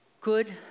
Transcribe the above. good